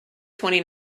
twenty